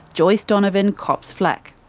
joyce donovan cops flak.